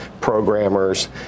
programmers